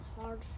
hard